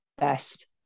best